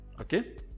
okay